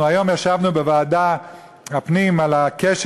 אנחנו ישבנו היום בוועדת הפנים על הכשל